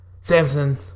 Samson